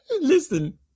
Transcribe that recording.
Listen